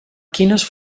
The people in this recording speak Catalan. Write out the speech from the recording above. quines